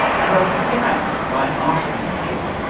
and i began by asking him,